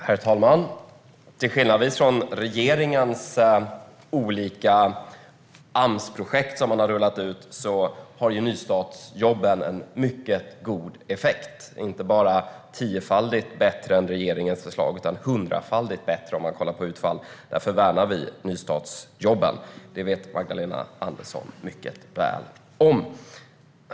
Herr talman! Till skillnad från de olika Amsprojekt som regeringen har rullat ut har nystartsjobben en mycket god effekt. De är inte bara tiofaldigt bättre än regeringens förslag utan hundrafaldigt bättre om man kollar på utfall. Därför värnar vi om nystartsjobben, och det vet Magdalena Andersson mycket väl.